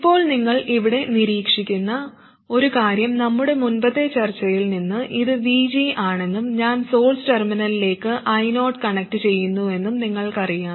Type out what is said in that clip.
ഇപ്പോൾ നിങ്ങൾ ഇവിടെ നിരീക്ഷിക്കുന്ന ഒരു കാര്യം നമ്മുടെ മുമ്പത്തെ ചർച്ചയിൽ നിന്ന് ഇത് VG ആണെന്നും ഞാൻ സോഴ്സ് ടെർമിനലിലേക്ക് I0 കണക്റ്റുചെയ്യുന്നുവെന്നും നിങ്ങൾക്കറിയാം